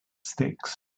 sticks